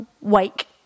wake